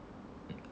uh